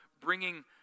bringing